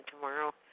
tomorrow